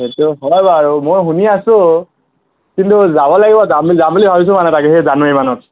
সেইটো হয় বাৰু মই শুনি আছোঁ কিন্তু যাব লাগিব যাম যাম বুলি ভাবিছোঁ মানে তাকে সেই জানুৱাৰী মানত